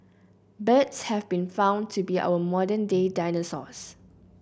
birds have been found to be our modern day dinosaurs